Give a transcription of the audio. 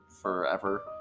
forever